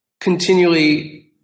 continually